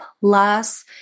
plus